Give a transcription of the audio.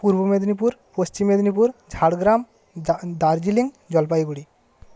Purba Medinipur Paschim Medinipur Jhargram Darjeeling Jalpaiguri